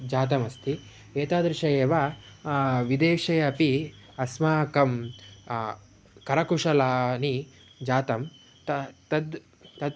जातमस्ति एतादृशः एव विदेशे अपि अस्माकं करकुशलाः जाताः ते ते ते